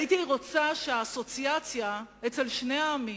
אבל הייתי רוצה שהאסוציאציה אצל שני העמים,